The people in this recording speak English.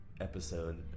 episode